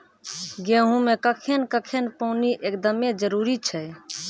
गेहूँ मे कखेन कखेन पानी एकदमें जरुरी छैय?